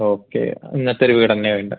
okay അങ്ങനത്തൊര് വീടുതന്നെയാണ് വേണ്ടത്